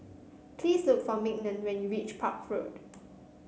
please look for Mignon when you reach Park Road